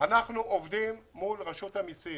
אנחנו עובדים מול רשות המסים